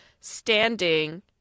standing